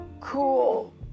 cool